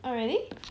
oh really